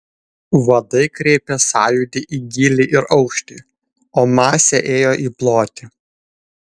vadai kreipė sąjūdį į gylį ir aukštį o masė ėjo į plotį